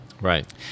Right